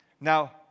Now